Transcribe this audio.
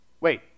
Wait